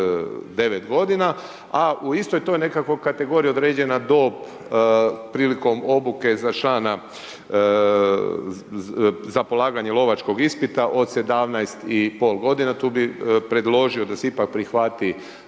godina a u istoj toj nekakvoj kategoriji određena dob prilikom obuke za člana, za polaganje lovačkog ispita od 17,5 godina tu bih predložio da se ipak prihvati